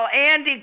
Andy